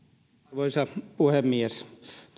arvoisa puhemies